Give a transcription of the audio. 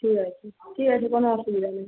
ঠিক আছে ঠিক আছে কোনো অসুবিধা নেই